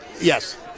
yes